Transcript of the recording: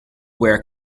wear